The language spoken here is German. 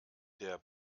der